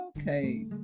Okay